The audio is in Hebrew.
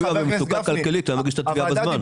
אם הוא היה במצוקה כלכלית היה מגיש את התביעה בזמן.